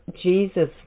Jesus